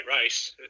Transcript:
race